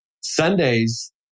Sundays